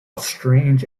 strange